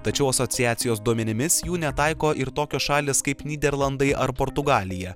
tačiau asociacijos duomenimis jų netaiko ir tokios šalys kaip nyderlandai ar portugalija